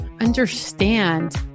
understand